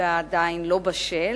כרגע עדיין לא בשל.